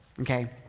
okay